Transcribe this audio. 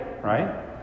Right